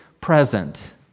present